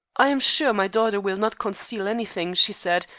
i am sure my daughter will not conceal anything she said,